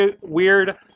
weird